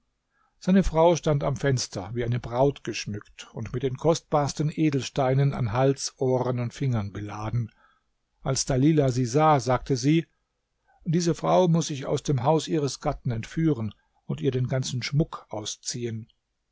seine frau stand am fenster wie eine braut geschmückt und mit den kostbarsten edelsteinen an hals ohren und fingern beladen als dalilah sie sah sagte sie diese frau muß ich aus dem haus ihres gatten entführen und ihr ihren ganzen schmuck ausziehen